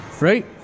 right